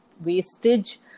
wastage